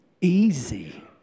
easy